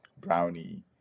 brownie